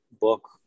book